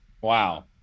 wow